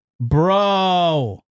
bro